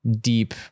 deep